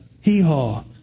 hee-haw